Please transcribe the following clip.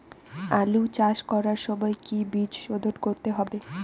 আলু চাষ করার সময় কি বীজ শোধন করতে হবে?